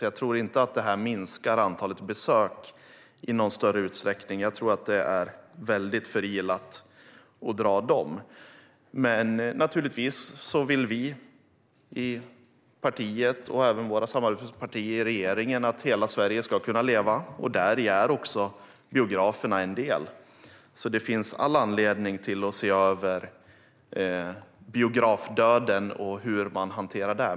Jag tror inte att detta minskar antalet besök i någon större utsträckning, så det är nog förhastat att dra den slutsatsen. Men givetvis vill vi i regeringspartierna att hela Sverige ska leva, och i det är biograferna en del. Därför finns det all anledning att se över biografdöden och hur man hanterar den.